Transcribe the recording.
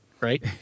right